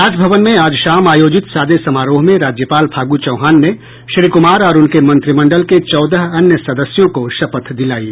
राजभवन में आज शाम आयोजित सादे समारोह में राज्यपाल फागू चौहान ने श्री कुमार और उनके मंत्रिमंडल के चौदह अन्य सदस्यों को शपथ दिलायी